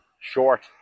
short